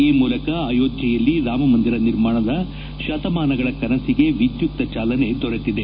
ಈ ಮೂಲಕ ಅಯೋಡ್ತೆಯಲ್ಲಿ ರಾಮಮಂದಿರ ನಿರ್ಮಾಣದ ಶತಮಾನಗಳ ಕನಸಿಗೆ ಎದ್ದುಕ್ತ ಚಾಲನೆ ದೊರೆತಿದೆ